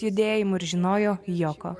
judėjimu ir žinojo jog